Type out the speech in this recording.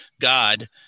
God